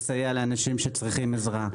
לסייע לאנשים שצריכים עזרה,